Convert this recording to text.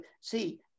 See